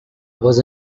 was